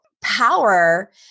power